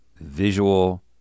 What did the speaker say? visual